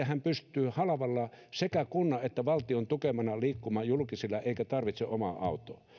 hän pystyy halvalla sekä kunnan että valtion tukemana liikkumaan julkisilla eikä tarvitse omaa autoa